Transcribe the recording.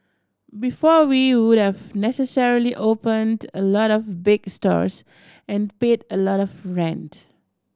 before we would have necessarily opened a lot of big stores and paid a lot of rent